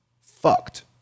fucked